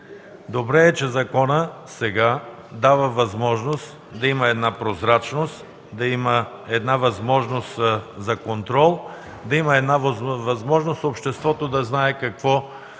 Добре е, че законът сега дава възможност да има прозрачност, да има възможност за контрол, възможност обществото да знае какво